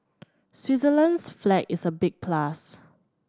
Switzerland's flag is a big plus